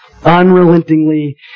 unrelentingly